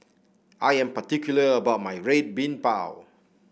I am particular about my Red Bean Bao